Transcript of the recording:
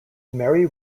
mary